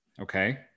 Okay